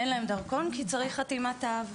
אין להן דרכון כי צריך את חתימת האב.